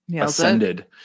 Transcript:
ascended